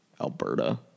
Alberta